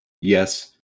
yes